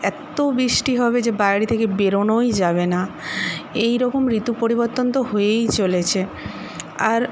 এতো বৃষ্টি হবে যে বাইরে থেকে বেরোনোই যাবে না এই রকম ঋতু পরিবর্তন তো হয়েই চলেছে আর